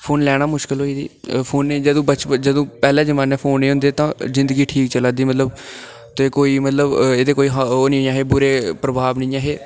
phone लैना मुश्कल होई दा फोनै ई जदूं बच जदूं पैह्ले जमानै ई फोन नेईं होंदे तां जिंदगी ठीक चला दी ही मतलब ते कोई मतलब एह्दे कोई ओह् निं ऐहे बुरे प्रभाव नेईं हे